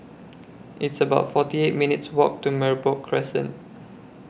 It's about forty eight minutes' Walk to Merbok Crescent